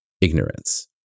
ignorance